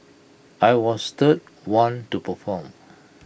I was third one to perform